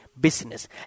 business